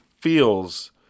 feels